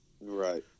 Right